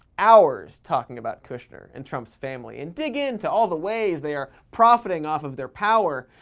hours talking about kushner and trump's family and dig into all the ways they are profiting off of their power,